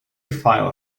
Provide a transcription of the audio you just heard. file